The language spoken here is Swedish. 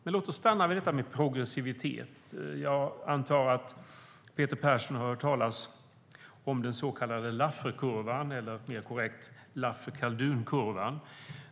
Men jag ska stanna vid detta med progressivitet. Jag antar att Peter Persson har hört talas om Lafferkurvan, eller mer korrekt Laffer-Khaldunkurvan.